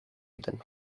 duten